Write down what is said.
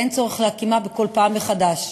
ואין צורך להקימה בכל פעם מחדש,